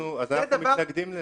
אנחנו מתנגדים לזה.